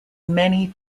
many